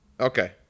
okay